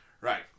Right